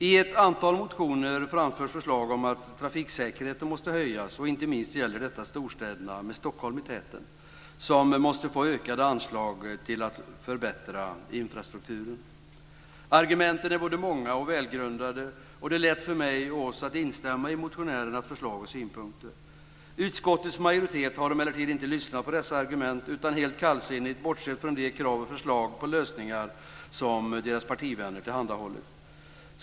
I ett antal motioner framförs förslag om att trafiksäkerheten måste höjas. Inte minst gäller detta storstäderna med Stockholm i täten, som måste få ökade anslag till att förbättra infrastrukturen. Argumenten är både många och välgrundade. Det är lätt för mig och oss att instämma i motionärernas förslag och synpunkter. Utskottets majoritet har emellertid inte lyssnat på dessa argument, utan helt kallsinnigt bortsett från de krav och förslag på lösningar som dess partivänner tillhandahållit.